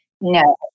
No